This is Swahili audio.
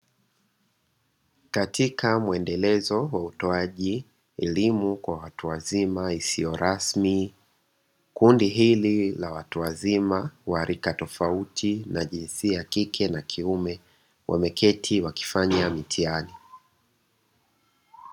Katika muelendelezo wa utoaji elimu kwa watu wazima isio rasmi, kundi hili la watu wazima wa rika tofauti na wa jinsia ya kike na kiume wameketi wakifanya mtihani.